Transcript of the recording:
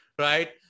right